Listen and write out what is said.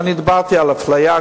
אני דיברתי על אפליה,